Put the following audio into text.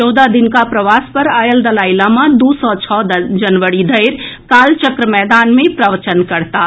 चौदह दिनुका प्रवास पर आयल दलाईलामा दू सॅ छओ जनवरी धरि कालचक्र मैदान मे प्रवचन करताह